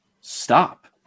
Stop